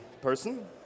person